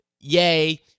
yay